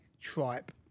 tripe